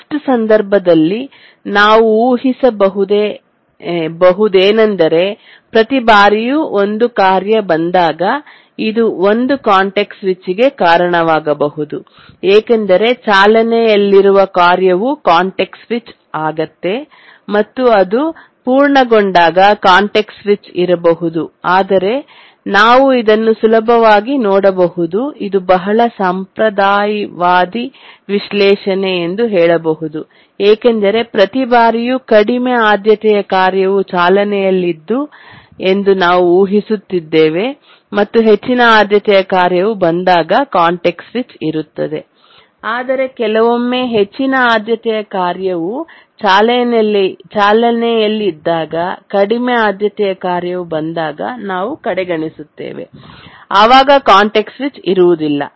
worst ಸಂದರ್ಭದಲ್ಲಿ ನಾವು ಊಹಿಸ ಬಹುದೇ ನೆಂದರೆ ಪ್ರತಿ ಬಾರಿಯೂ ಒಂದು ಕಾರ್ಯ ಬಂದಾಗ ಇದು ಒಂದು ಕಾಂಟೆಕ್ಸ್ಟ್ ಸ್ವಿಚಿ ಗೆ ಕಾರಣವಾಗಬಹುದು ಏಕೆಂದರೆ ಚಾಲನೆಯಲ್ಲಿರುವ ಕಾರ್ಯವು ಕಾಂಟೆಕ್ಸ್ಟ್ ಸ್ವಿಚ್ ಆಗಿದೆ ಮತ್ತೆ ಅದು ಪೂರ್ಣಗೊಂಡಾಗ ಕಾಂಟೆಕ್ಸ್ಟ್ ಸ್ವಿಚ್ ಇರಬಹುದು ಆದರೆ ನಾವು ಇದನ್ನು ಸುಲಭವಾಗಿ ನೋಡಬಹುದು ಇದು ಬಹಳ ಸಂಪ್ರದಾಯವಾದಿ ವಿಶ್ಲೇಷಣೆ ಎಂದು ಹೇಳಬಹುದು ಏಕೆಂದರೆ ಪ್ರತಿ ಬಾರಿಯೂ ಕಡಿಮೆ ಆದ್ಯತೆಯ ಕಾರ್ಯವು ಚಾಲನೆಯಲ್ಲಿದೆ ಎಂದು ನಾವು ಊಹಿಸುತ್ತಿದ್ದೇವೆ ಮತ್ತು ಹೆಚ್ಚಿನ ಆದ್ಯತೆಯ ಕಾರ್ಯವು ಬಂದಾಗ ಕಾಂಟೆಕ್ಸ್ಟ್ ಸ್ವಿಚ್ ಇರುತ್ತದೆ ಆದರೆ ಕೆಲವೊಮ್ಮೆ ಹೆಚ್ಚಿನ ಆದ್ಯತೆಯ ಕಾರ್ಯವು ಚಾಲನೆಯಲ್ಲಿದ್ದಾಗ ಕಡಿಮೆ ಆದ್ಯತೆಯ ಕಾರ್ಯವು ಬಂದಾಗ ನಾವು ಕಡೆಗಣಿಸುತ್ತೇವೆ ಆವಾಗ ಕಾಂಟೆಕ್ಸ್ಟ್ ಸ್ವಿಚ್ ಇರುವುದಿಲ್ಲ